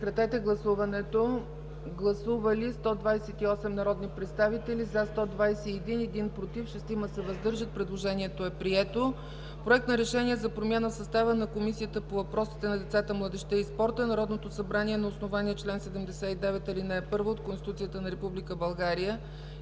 науката.” Гласуваме. Гласували 128 народни представители: за 121, против 1, въздържали се 6. Предложението е прието. „Проект! РЕШЕНИЕ за промяна в състава на Комисията по въпросите на децата, младежта и спорта Народното събрание на основание чл. 79, ал. 1 от Конституцията на Република България